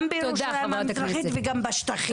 גם בירושלים המזרחית וגם בשטחים.